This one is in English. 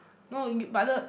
no but the